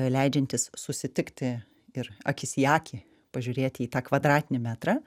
leidžiantis susitikti ir akis į akį pažiūrėti į tą kvadratinį metrą